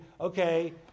okay